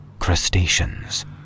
crustaceans